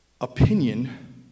opinion